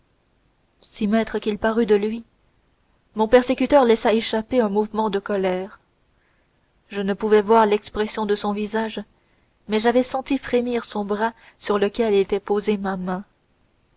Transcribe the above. si maître qu'il parût de lui mon persécuteur laissa échapper un mouvement de colère je ne pouvais voir l'expression de son visage mais j'avais senti frémir son bras sur lequel était posée ma main